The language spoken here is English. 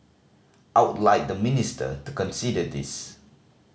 I would like the minister to consider this